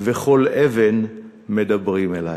וכל אבן מדברים אלי.